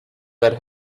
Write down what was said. red